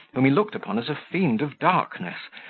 whom he looked upon as a fiend of darkness,